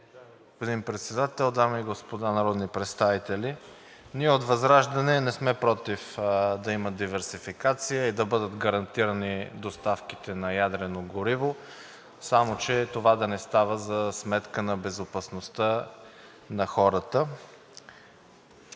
дами и господа народни представители! Ние от ВЪЗРАЖДАНЕ не сме против да има диверсификация и да бъдат гарантирани доставките на ядрено гориво, само че това да не става за сметка на безопасността на хората.